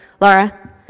Laura